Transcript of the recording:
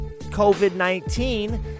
COVID-19